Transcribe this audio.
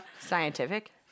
Scientific